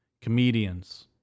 comedians